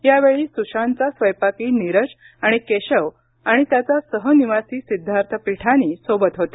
यावेळी सुशांतचा स्वयंपाकी नीरज आणि केशव आणि त्याचा सह निवासी सिद्धार्थ पिठानी सोबत होते